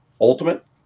Ultimate